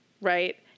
right